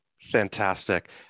Fantastic